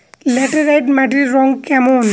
Laterite মাটির রং কেমন?